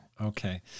Okay